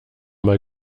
mal